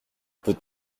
peut